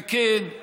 וכן,